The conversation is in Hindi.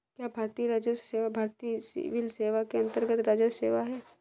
क्या भारतीय राजस्व सेवा भारतीय सिविल सेवा के अन्तर्गत्त राजस्व सेवा है?